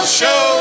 show